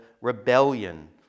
rebellion